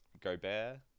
Gobert